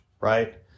right